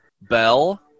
Bell